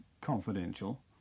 confidential